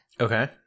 okay